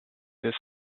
this